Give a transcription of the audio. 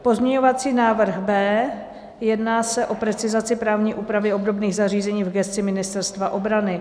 Pozměňovací návrh B, jedná se o precizaci právní úpravy obdobných zařízení v gesci Ministerstva obrany.